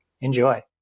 Enjoy